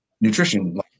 nutrition